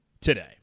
today